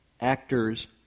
actors